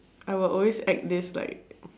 I will always act this like